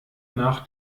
nach